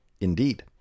Indeed